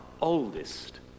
oldest